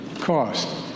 Cost